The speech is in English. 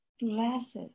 blessed